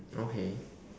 okay